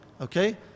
okay